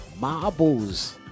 marbles